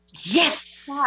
Yes